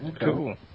cool